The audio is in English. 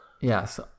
Yes